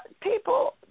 people